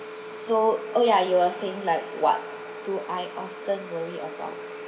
so oh ya you were saying like what do I often worry about um